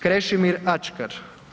Krešimir Ačkar.